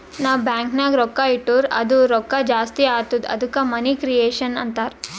ನಾವ್ ಬ್ಯಾಂಕ್ ನಾಗ್ ರೊಕ್ಕಾ ಇಟ್ಟುರ್ ಅದು ರೊಕ್ಕಾ ಜಾಸ್ತಿ ಆತ್ತುದ ಅದ್ದುಕ ಮನಿ ಕ್ರಿಯೇಷನ್ ಅಂತಾರ್